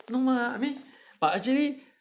no ah mean